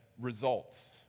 results